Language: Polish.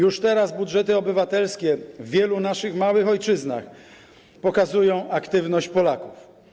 Już teraz budżety obywatelskie w wielu naszych małych ojczyznach pokazują aktywność Polaków.